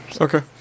Okay